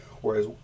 Whereas